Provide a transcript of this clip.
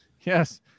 Yes